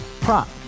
prop